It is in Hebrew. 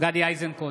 גדי איזנקוט,